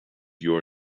your